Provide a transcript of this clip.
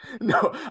no